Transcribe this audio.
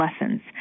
lessons